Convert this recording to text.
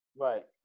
Right